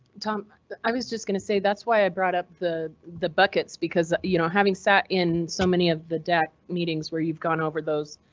tom i was just going to say that's why i brought up the the buckets because you know, having sat in so many of the dac meetings where you've gone over those.